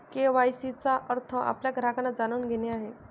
KYC चा अर्थ आपल्या ग्राहकांना जाणून घेणे आहे